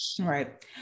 Right